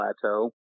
plateau